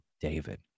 David